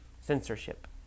Censorship